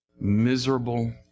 Miserable